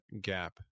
gap